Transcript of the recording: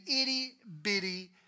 itty-bitty